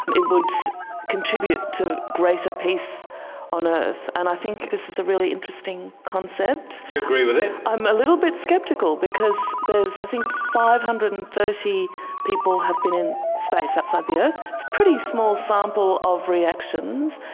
it would contribute to greater peace on earth and i think this is a really interesting concept. do you agree with it? i'm a little bit sceptical because there's i think five hundred and thirty people have been in space outside the earth. it's a pretty small sample of reactions.